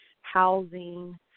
housing